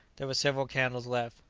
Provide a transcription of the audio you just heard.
there were several candles left,